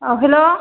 औ हेलौ